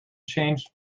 changed